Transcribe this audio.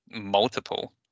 multiple